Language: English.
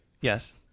Yes